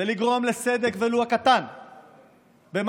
זה לגרום לסדק ולו קטן במשמעותה,